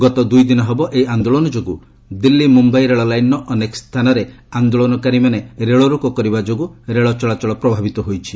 ଗତ ଦୁଇଦିନ ହେବ ଏହି ଆନ୍ଦୋଳନ ଯୋଗୁଁ ଦିଲ୍ଲୀ ମୁମ୍ୟାଇ ରେଳଲାଇନର ଅନେକ ସ୍ଥାନରେ ଆନ୍ଦୋଳନକାରୀମାନେ ରେଳରୋକୋ କରିବା ଯୋଗୁଁ ରେଳ ଚଳାଚଳ ପ୍ରଭାବିତ ହୋଇଛି